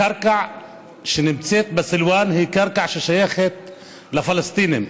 הקרקע שנמצאת בסילוואן היא קרקע ששייכת לפלסטינים,